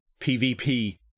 PvP